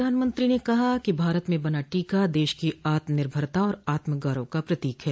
प्रधानमंत्री ने कहा कि भारत में बना टीका देश की आत्मनिर्भरता और आत्म गौरव का प्रतोक है